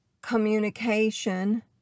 communication